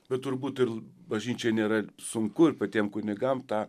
bet turbūt ir bažnyčiai nėra sunku ir patiem kunigam tą